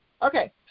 Okay